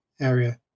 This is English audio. area